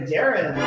Darren